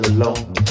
alone